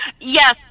Yes